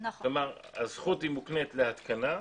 כלומר הזכות היא מוקנית להתקנה,